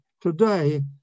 Today